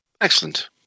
Excellent